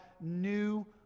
new